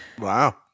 wow